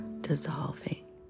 dissolving